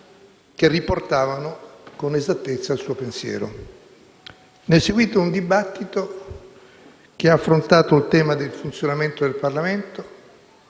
che riportavano con esattezza il suo pensiero. Ne è seguito un dibattito che ha affrontato il tema del funzionamento del Parlamento,